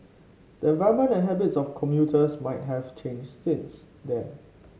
the environment and habits of commuters might have changed since then